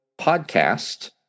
podcast